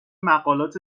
مقالات